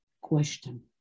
question